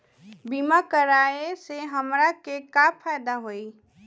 बीमा कराए से हमरा के का फायदा होई?